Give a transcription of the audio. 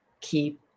keep